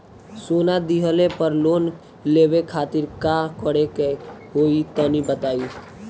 सोना दिहले पर लोन लेवे खातिर का करे क होई तनि बताई?